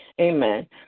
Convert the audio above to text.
Amen